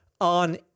on